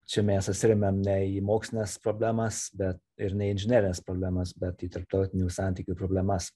čia mes atsiremiam ne į mokslines problemas bet ir ne inžinerines problemas bet į tarptautinių santykių problemas